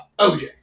OJ